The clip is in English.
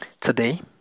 Today